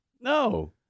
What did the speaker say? No